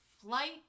flight